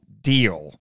deal